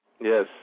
Yes